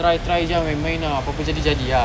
try try jer ah main-main ah pape jadi jadi ah